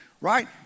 Right